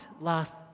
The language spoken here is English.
last